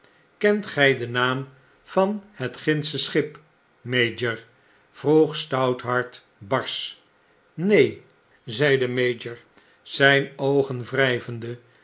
kent gtj den naam van het gindsche schip mayor vroeg stouthart barsch neen zei de mayor zijn oogen